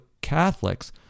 Catholics